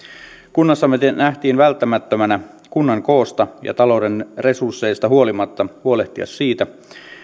kunnassamme nähtiin välttämättömänä kunnan koosta ja talouden resursseista huolimatta huolehtia siitä